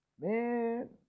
Man